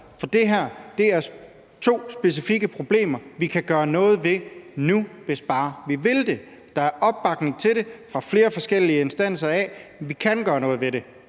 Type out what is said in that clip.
for det her er to specifikke problemer, vi kan gøre noget ved nu, hvis bare vi vil det. Der er opbakning til det fra flere forskellige instanser. Vi kan gøre noget ved det